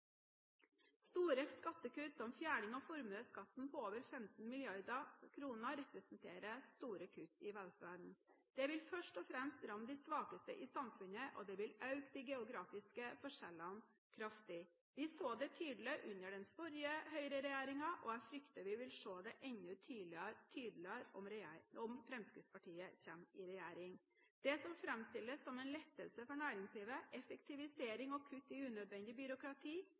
Store skattekutt som fjerning av formuesskatten på over 15 mrd. kr representerer store kutt i velferden. Det vil først og fremst ramme de svakeste i samfunnet, og det vil øke de geografiske forskjellene kraftig. Vi så det tydelig under den forrige høyreregjeringen, og jeg frykter at vi vil se det enda tydeligere om Fremskrittspartiet kommer i regjering. Det som framstilles som en lettelse for næringslivet – effektivisering og kutt i unødvendig byråkrati